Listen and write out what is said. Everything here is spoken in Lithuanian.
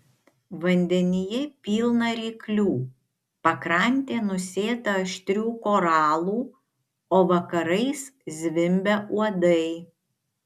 vandenyje pilna ryklių pakrantė nusėta aštrių koralų o vakarais zvimbia uodai